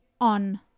on